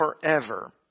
forever